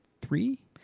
three